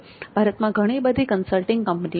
ભારતમાં ઘણી બધી કન્સલ્ટિંગ કંપનીઓ છે